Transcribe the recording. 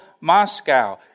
Moscow